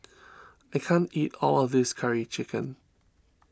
I can't eat all of this Curry Chicken